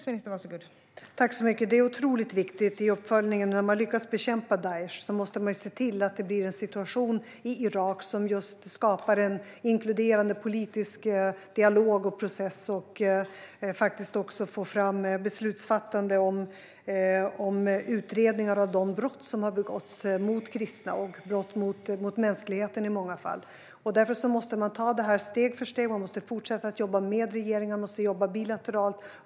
Fru talman! Det är viktigt att man i uppföljningen av att ha lyckats bekämpa Daish ser till att det blir en situation i Irak som skapar en inkluderande politisk dialog och process. Man måste också få fram beslutsfattande om utredningar av de brott som har begåtts mot kristna och i många fall mot mänskligheten. Därför måste man ta detta steg för steg och fortsätta att jobba med regeringar och jobba bilateralt.